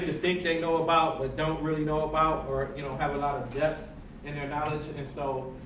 think they know about, but don't really know about, or you know have a lot of depth in their knowledge, and if so,